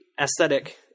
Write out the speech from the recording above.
aesthetic